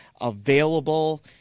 available